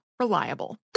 reliable